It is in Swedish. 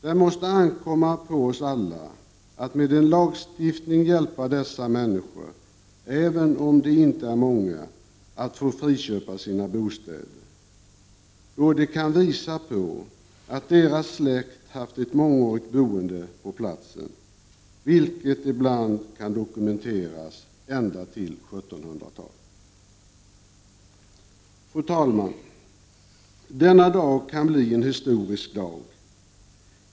Det måste ankomma på oss alla att med en lagstiftning hjälpa dessa människor, även om de inte är många, att få friköpa sina bostäder, då de kan visa på att deras släkt haft ett mångårigt boende på platsen, vilket ibland kan dokumenteras ända till 1700-talet. Fru talman! Denna dag kan bli en historisk dag.